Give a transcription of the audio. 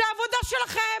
זאת העבודה שלכם.